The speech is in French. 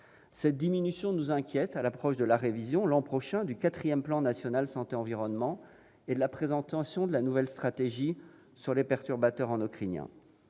Cette diminution nous inquiète à l'approche de la révision, l'an prochain, du quatrième plan national santé-environnement et de la présentation de la nouvelle stratégie nationale sur les perturbateurs endocriniens.